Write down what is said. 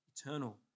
eternal